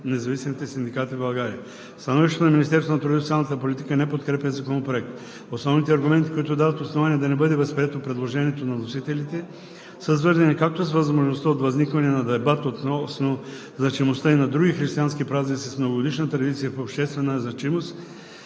независимите синдикати в България. Становището на Министерството на труда и социалната политика не подкрепя Законопроекта. Основните аргументи, които дават основание да не бъде възприето предложението на вносителите, са свързани както с възможността от възникване на дебат относно значимостта и на други християнски празници с многогодишна традиция и обществена значимост